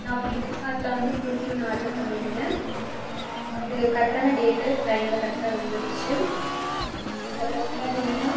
நான் ஃப்ளிப்கார்ட்ல வந்து குர்தி ஒன்று ஆர்ட்ரு பண்ணியிருந்தேன் அது கரெக்ட்டான டேட்டு டைமில் கரெக்ட்டாக வந்துருச்சு அந்த ட்ரெஸ் பார்த்திங்கன்னா